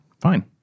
Fine